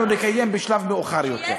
אנחנו נקיים בשלב מאוחר יותר.